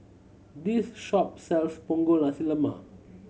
this shop sells Punggol Nasi Lemak